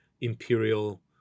Imperial